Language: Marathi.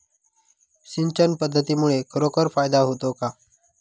सिंचन पद्धतीमुळे खरोखर फायदा होतो का?